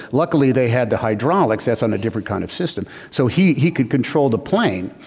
luckily they had the hydraulics that's on a different kind of system so he he could control the plane.